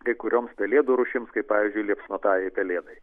kai kurioms pelėdų rūšims kaip pavyzdžiui liepsnotajai pelėdai